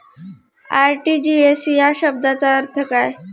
RTGS या शब्दाचा अर्थ काय?